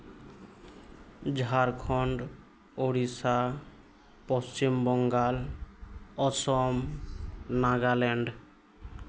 Jharkhand Odisha Paschim Bangal Assam Nagaland